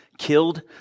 killed